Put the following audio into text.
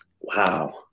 Wow